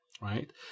right